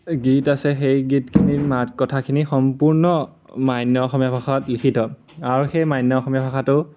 গীত আছে সেই গীতখিনিত মাত কথাখিনি সম্পূৰ্ণ মান্য অসমীয়া ভাষাত লিখিত আৰু সেই মান্য অসমীয়া ভাষাটো